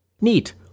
Neat